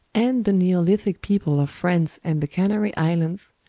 and the neolithic people of france and the canary islands,